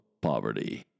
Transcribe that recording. poverty